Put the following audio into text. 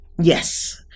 Yes